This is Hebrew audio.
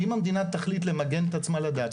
אם המדינה תחליט למגן את עצמה לדעת,